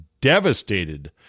devastated